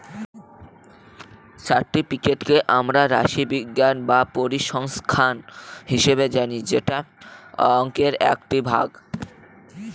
স্ট্যাটিসটিককে আমরা রাশিবিজ্ঞান বা পরিসংখ্যান হিসাবে জানি যেটা অংকের একটি ভাগ